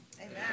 Amen